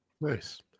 nice